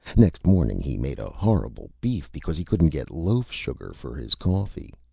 next morning he made a horrible beef because he couldn't get loaf sugar for his coffee.